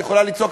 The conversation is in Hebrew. את יכולה לצעוק,